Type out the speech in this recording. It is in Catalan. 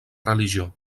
religió